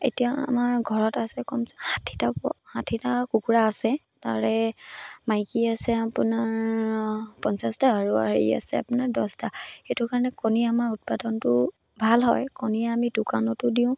এতিয়া আমাৰ ঘৰত আছে কমচে ষাঠিটা ষাঠিটা কুকুৰা আছে তাৰে মাইকী আছে আপোনাৰ পঞ্চাছটা আৰু হেৰি আছে আপোনাৰ দছটা সেইটো কাৰণে কণী আমাৰ উৎপাদনটো ভাল হয় কণীৰে আমি দোকানতো দিওঁ